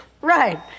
Right